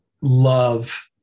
love